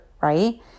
right